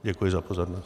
Děkuji za pozornost.